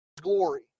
glory